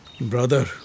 Brother